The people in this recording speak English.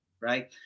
right